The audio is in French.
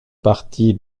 partie